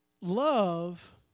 love